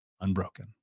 unbroken